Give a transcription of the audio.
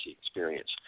experience